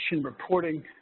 reporting